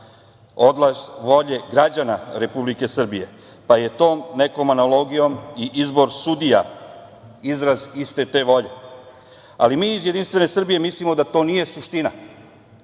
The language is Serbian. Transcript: odnos volje građana Republike Srbije, pa je tom nekom analogijom i izbor sudija izraz iste te volje. Mi iz Jedinstvene Srbije mislimo da to nije suština.